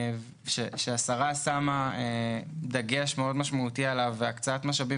שהשרה שמה דגש משמעותי מאוד עליו והקצאת משאבים